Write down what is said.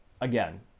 again